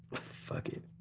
fuck it.